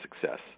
success